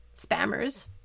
spammers